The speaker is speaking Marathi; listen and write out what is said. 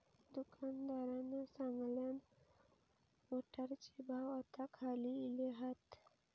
दुकानदारान सांगल्यान, मटारचे भाव आता खाली इले हात